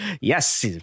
Yes